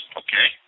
okay